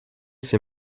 ses